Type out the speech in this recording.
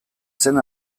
zen